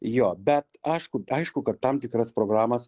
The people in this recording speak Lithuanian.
jo bet ašku aišku kad tam tikras programas